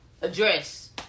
address